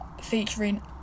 featuring